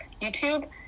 YouTube